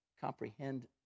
comprehend